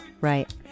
right